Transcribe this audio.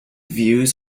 views